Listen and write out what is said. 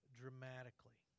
dramatically